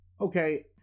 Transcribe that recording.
okay